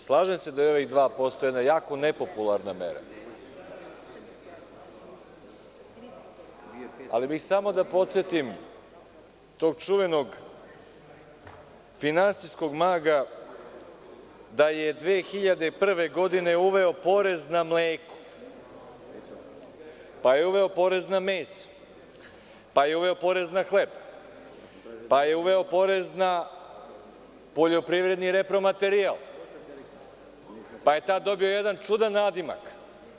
Slažem se da je ovih 2% jako nepopularna mera, ali bih samo da podsetim tog čuvenog finansijskog maga da je 2001. godine uveo porez na mleko, pa je uveo porez na meso, pa je uveo porez na hleb, pa je uveo porez na poljoprivredni repromaterijal, pa je tada dobio jedan čuveni nadimak.